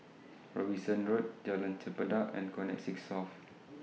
Robinson Road Jalan Chempedak and Connexis South